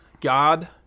God